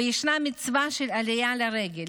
וישנה מצווה של עלייה לרגל,